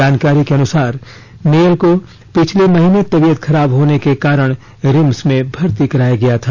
जानकारी के अनुसार नियल को पिछले महीने तबीयत खराब होने के कारण रिम्स में भर्ती कराया गया था